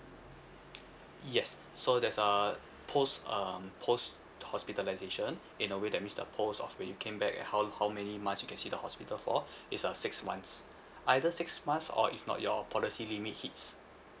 yes so there's uh post um post hospitalisation in a way that means the post of when you came back and how how many months you can see the hospital for it's a six months either six months or if not your policy limit hits